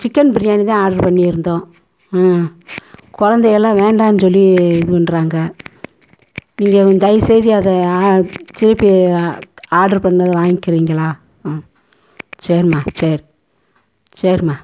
chicken biryani தான் order பண்ணிருந்தோம் ம் குலந்தைகலாம் வேண்டாம்னு சொல்லி இது பண்ணுறாங்க நீங்கள் வந் தயவு செய்து அதை ஜிபே ஆர்ட்ரு பண்ணதை வாங்கிக்கிறீங்களா ம் சரிமா சரி சரிமா